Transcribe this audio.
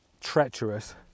treacherous